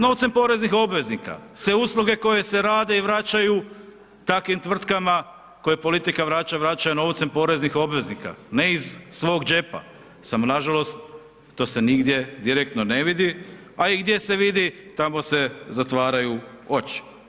Novcem poreznih obveznika, sve usluge koje se rade i vraćaju takvim tvrtkama koje politika vraća, vraća novcem poreznih obveznika, ne iz svog džepa, samo nažalost, to se nigdje direktno ne vidi, a i gdje se vidi, tamo se zatvaraju oči.